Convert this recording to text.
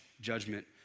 judgment